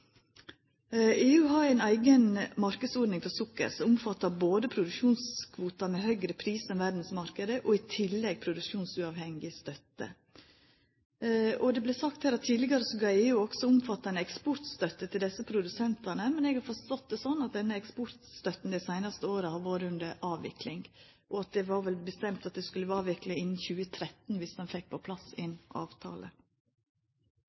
EU har ei eiga marknadsordning for sukker, som omfattar produksjonskvotar med høgare prisar enn verdsmarknaden, og i tillegg produksjonsuavhengig støtte. Det vart sagt her at det tidlegare var omfattande eksportstøtte til desse produsentane, men eg har forstått det sånn at denne eksportstønaden dei seinare åra har vore under avvikling. Det var vel bestemt at det skulle vere avvikling innan 2013, viss ein fekk på plass